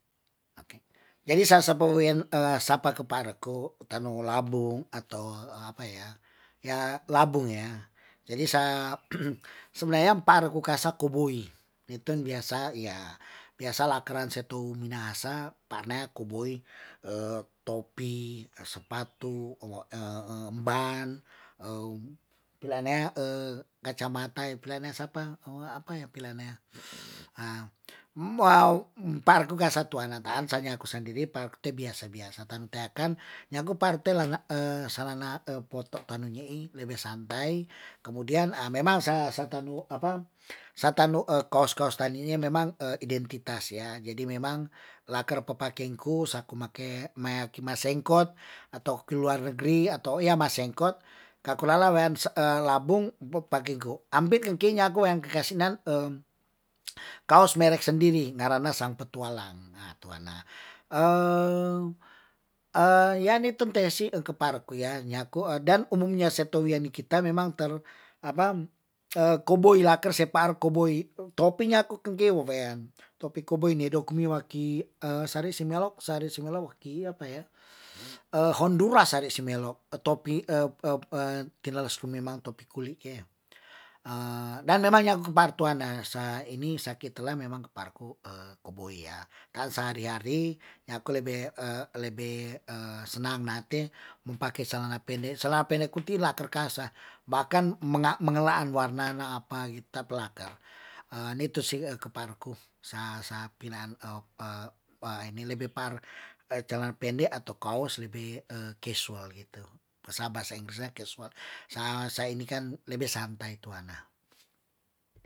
Jadi sa sape wean sapa ke pareku`, tanu'u labung atau apa ya labung ya, sebenarnya pa reku kasa kubui, ni ten biasa ya biasa lakeran setu minahasa, pa'nea kubui topi. sepatu, ban, pilanea kacamata. ya pilanea sapa apa ya pilanea, par ku kasa tu ana taan, sa nyaku sendiri, par te biasa biasa tan te kan nyaku par te lana sa lana poto tanui wewe santai, kemudian memang sa sa tanu apa sa tannu kous kous tani'i memang identitas ya, jadi memang laker pe pakin ku, saku make meya kimasengkot. atau keluar negeri, atau ya masengkot ka kulala wean labung pakinku, ambe ke kei nyaku yang kasinan, kaos merek sendiri, ngarena sang petualang. nah tuana ya nitun tesi kepareku ya, nyaku dan umumnya se tewayanikita memang ter apa, kombo ilaker, se par koboi topi nyaku kegewe wean, topi koboi nie doku miwaki sari si melo. sari si melo waki apa ya, hondura sari si melo, topi tinlelas ru memang topi kuli, dan memang nyaku par tuana sa ini sa ki tela memang ke parku, koboi ya, kan sehari- hari nyaku lebe lebe sena na te mo pake celana pendek. celana pendek kuti laker kasa bahkan mangelaan warnanya apa ta pelakar nitu si keparku, sa sa pilan ini lebe par celana pendek atau kaos lebe casual bahasa inggrisnya casual, sa ini kan lebe santai tuana.